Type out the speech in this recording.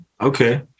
okay